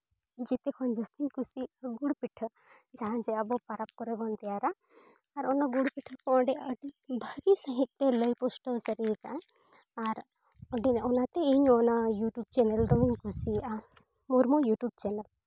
ᱡᱮᱛᱮ ᱠᱷᱚᱱ ᱡᱟᱹᱥᱛᱤᱧ ᱠᱩᱥᱤᱭᱟᱜᱼᱟ ᱜᱩᱲ ᱯᱤᱴᱷᱟᱹ ᱡᱟᱦᱟᱸ ᱡᱮ ᱟᱵᱚ ᱯᱚᱨᱚᱵᱽ ᱠᱚᱨᱮᱵᱚᱱ ᱛᱮᱭᱟᱨᱟ ᱟᱨ ᱚᱱᱟ ᱜᱩᱲ ᱯᱤᱴᱷᱟᱹ ᱠᱚ ᱚᱸᱰᱮ ᱟᱹᱰᱤ ᱵᱷᱟᱹᱜᱤ ᱥᱟᱺᱦᱤᱡᱛᱮ ᱞᱟᱹᱭ ᱯᱩᱥᱴᱟᱹᱣ ᱥᱟᱹᱨᱤ ᱠᱟᱜᱼᱟᱭ ᱟᱨ ᱚᱸᱰᱮᱱᱟᱜ ᱚᱱᱟᱛᱮ ᱤᱧ ᱚᱱᱟ ᱤᱭᱩᱴᱩᱵᱽ ᱪᱮᱱᱮᱞ ᱫᱚᱢᱮᱧ ᱠᱩᱥᱤᱭᱟᱜᱼᱟ ᱢᱩᱨᱢᱩ ᱤᱭᱩᱴᱩᱵᱽ ᱪᱮᱱᱮᱞ